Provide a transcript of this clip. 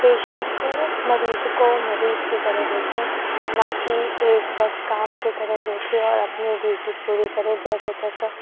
patient کو مریض کو مریض کی طرح دیکھیں نہ کہ ایک بس کام کی طرح دیکھیں اور اپنی ڈیوٹی پوری کرے جیسے تیسے